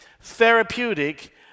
therapeutic